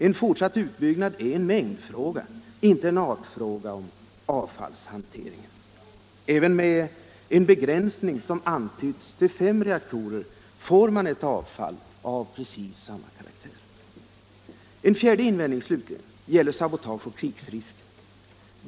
En fortsatt utbyggnad är en mängdfråga inte en artfråga om avfallshanteringen. Även med en begränsning, som antytts, till fem reaktorer får man ett avfall av precis samma karaktär. En fjärde invändning gäller sabotageoch krigsrisken.